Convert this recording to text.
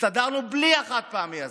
הסתדרנו בלי החד-פעמי הזה.